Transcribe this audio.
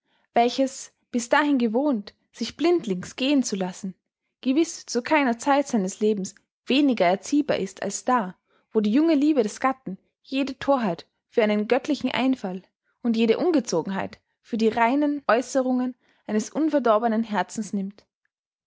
welches bis dahin gewohnt sich blindlings gehen zu lassen gewiß zu keiner zeit seines lebens weniger erziehbar ist als da wo die junge liebe des gatten jede thorheit für einen göttlichen einfall und jede ungezogenheit für die reinen aeußerungen eines unverdorbnen herzens nimmt